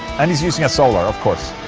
and he's using a solar of course